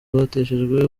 bateshejwe